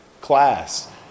class